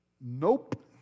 Nope